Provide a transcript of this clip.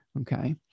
Okay